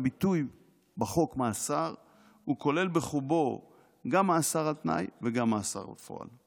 הביטוי בחוק מאסר כולל בחובו גם מאסר על תנאי וגם מאסר בפועל.